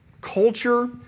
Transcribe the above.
culture